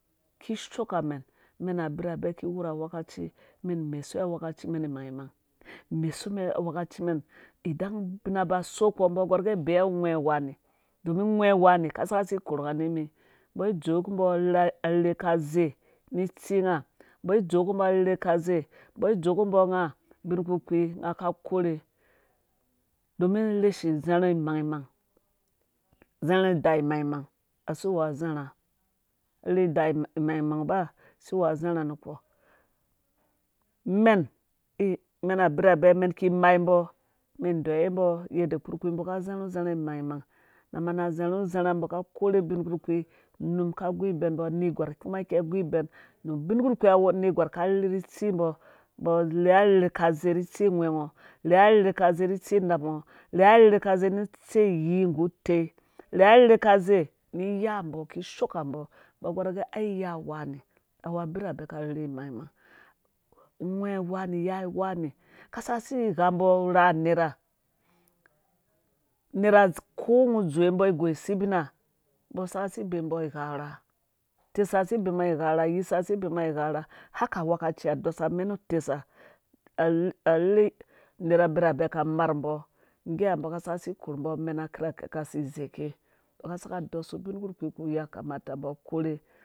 Shikishookamɛn mɛn abirhabɛ ki wurha wekaci mɛnmesuwe awekaci mɛn imangmang mesu mɛn awekaci mɛn idan ubina ba so kpo mbɔ gor ge bee gwhɛ̃ wani domin gwhɛ wani ka. saka si korhu nga nii mbɔ dzowe kumbɔ arherhe ka zei ni tsi nga mbɔ dzowe kumbo arherhe ka zei mbɔ dzowe kubø nga ubin kpurkpii nga ka korhe domin. rheshi zharha mangmang zharhe idaa mangmang asiwua zharha arhe idaa mangmang ba siwua zharha nu mɛn mɛn abirhabe mɛn ki mai mbɔ mɛn deyiwe mbɔ yadda kpurkpii mbɔ ka zharhu zharha mangmang na. mana zharhu zharha mbɔ ka korhe ubin kpurkpii num ka gu ibɛn mbɔ nerhgwer kuma kei gu ibɛn nu ubin kpurkpii. anerhgwar ka rherhe nitsi mbɔ mbɔ rherhe ka zei ni tsi gwhɛ ngo rherhe arherhe ka zei ni tsi napngɔ rherha rherha ka zei ni iya mbɔ kishoo ka mbo mbɔ gor agev ai iya wani wu ubirha bɛ ka rherhi imangmang gwhɛ waniya wni ka saka si gha mbɔ rhaa nerha. nerha. ko ngɔ dzowe mbɔ igoi sebina mbɔ saka si bemu mbɔ ighar utesa si bemu nga ighara uyisa si bemu nga ighara haka aweka ciha dɔsa amenu tesa nerh abirhabɛ ka marh mbɔ ngga ha mbɔ ka saka si korh mbɔ amɛna kirhakɛ ka si zei ke mbɔ ka saka dosu ubinkpurkpii ku ya kamata mbɔ korhe